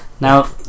Now